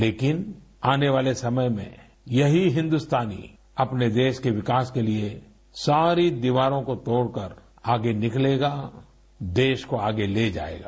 लेकिन आने वाले समय में यही हिन्दुस्तानी अपने देश के विकास के लिए सारी दीवारों को तोड़कर आगे निकलेगा देश को आगे ले जायेगा